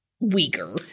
weaker